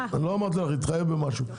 אני לא אמרתי לך להתחייב במשהו.